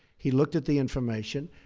he looked at the information.